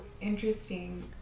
interesting